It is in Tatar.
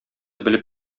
белеп